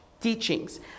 teachings